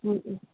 ꯎꯝ ꯎꯝ